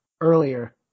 earlier